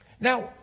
Now